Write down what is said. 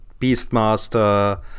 beastmaster